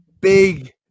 big